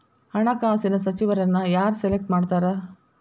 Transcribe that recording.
ಹಣಕಾಸಿನ ಸಚಿವರನ್ನ ಯಾರ್ ಸೆಲೆಕ್ಟ್ ಮಾಡ್ತಾರಾ